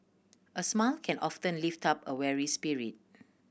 a smile can often lift up a weary spirit